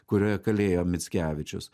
kurioje kalėjo mickevičius